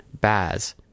baz